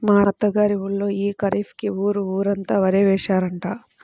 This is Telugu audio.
మా అత్త గారి ఊళ్ళో యీ ఖరీఫ్ కి ఊరు ఊరంతా వరే యేశారంట